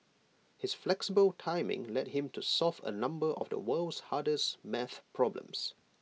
his flexible timing led him to solve A number of the world's hardest math problems